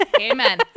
Amen